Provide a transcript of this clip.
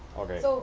okay